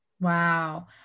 Wow